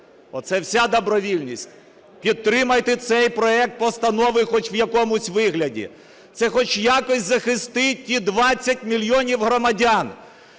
Оце вся добровільність. Підтримайте цей проект постанови хоч в якомусь вигляді. Це хоч якось захистить ті 20 мільйонів громадян,